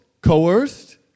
coerced